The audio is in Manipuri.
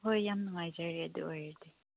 ꯍꯣꯏ ꯌꯥꯝ ꯅꯨꯡꯉꯥꯏꯖꯔꯦ ꯑꯗꯨ ꯑꯣꯏꯔꯗꯤ